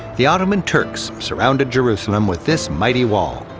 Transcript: the ottoman turks surrounded jerusalem with this mighty wall.